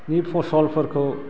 नि फसलफोरखौ